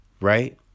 Right